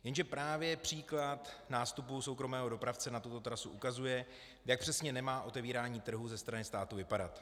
Jenže právě příklad nástupu soukromého dopravce na trasu ukazuje, jak přesně nemá otevírání trhu ze strany státu vypadat.